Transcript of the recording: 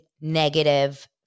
negative